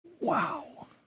wow